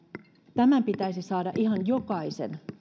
tämän pitäisi saada meistä ihan jokaisen